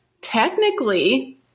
technically